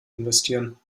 investieren